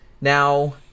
Now